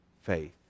faith